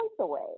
away